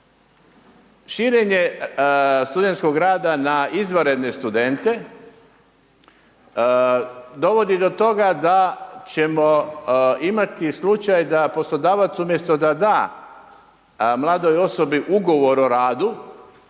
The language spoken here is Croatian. Širenje studenskog rada na izvanredne studente dovodi do toga da ćemo imati slučaj da poslodavac umjesto da da mladoj osobi ugovor o radu